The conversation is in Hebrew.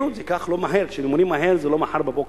זה ייקח, לא מהר, כשבונים מהר זה לא מחר בבוקר,